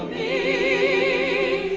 e.